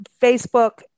Facebook